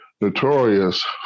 notorious